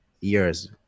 years